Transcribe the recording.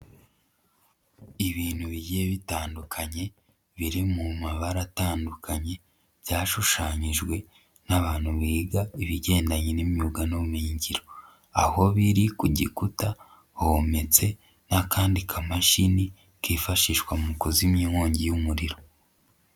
Ibintu bigiye bitandukanye biri mu mabara atandukanye byashushanyijwe n'abantu biga ibigendanye n'imyuga n'ubumenyingiro, aho biri ku gikuta hometse n'akandi kamashini kifashishwa mu kuzimya inkongi y'umuriro.